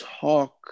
talk